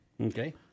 Okay